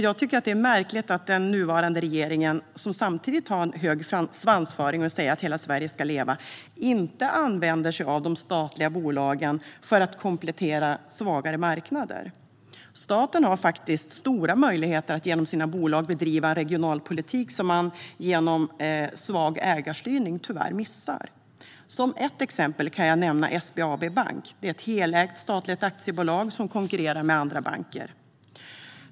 Jag tycker att det är märkligt att den nuvarande regeringen, som samtidigt har hög svansföring och säger att hela Sverige ska leva, inte använder sig av de statliga bolagen för att komplettera svagare marknader. Staten har faktiskt stora möjligheter att genom sina bolag bedriva en regionalpolitik som man genom svag ägarstyrning tyvärr missar. Som exempel kan jag nämna SBAB Bank, ett helägt statligt aktiebolag som konkurrerar med andra banker.